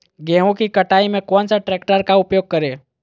गेंहू की कटाई में कौन सा ट्रैक्टर का प्रयोग करें?